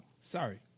Sorry